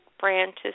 branches